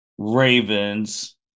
Ravens